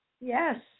Yes